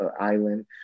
island